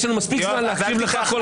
יש לנו מספיק זמן להקשיב לך.